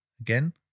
Again